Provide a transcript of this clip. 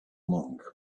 monk